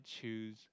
choose